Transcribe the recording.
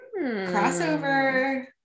Crossover